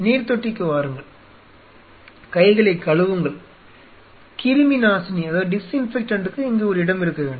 நீர்த்தொட்டிக்கு வாருங்கள் கைகளைக் கழுவுங்கள் கிருமிநாசினிக்கு இங்கு ஒரு இடம் இருக்க வேண்டும்